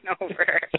over